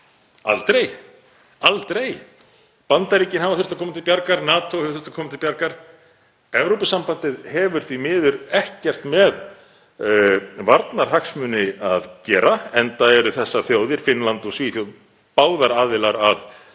Aldrei. Aldrei. Bandaríkin hafa þurft að koma til bjargar. NATO hefur þurft að koma til bjargar. Evrópusambandið hefur því miður ekkert með varnarhagsmuni að gera enda eru þessar þjóðir, Finnland og Svíþjóð, báðar aðilar að